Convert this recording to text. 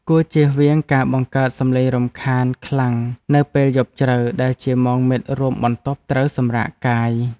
គួរជៀសវាងការបង្កើតសម្លេងរំខានខ្លាំងនៅពេលយប់ជ្រៅដែលជាម៉ោងមិត្តរួមបន្ទប់ត្រូវសម្រាកកាយ។